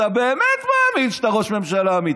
אתה באמת מאמין שאתה ראש ממשלה אמיתי,